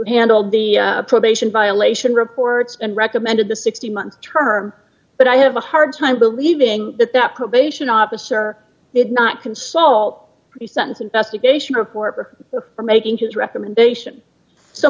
handled the probation violation reports and recommended the sixty month term but i have a hard time believing that that probation officer did not consult pre sentence investigation report or for making his recommendation so